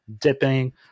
dipping